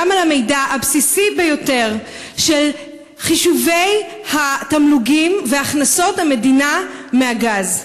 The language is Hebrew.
גם לגבי המידע הבסיסי ביותר של חישובי התמלוגים והכנסות המדינה מהגז.